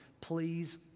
Please